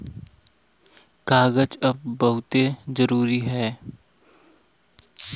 कागज अब बहुते जरुरी हौ